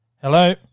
Hello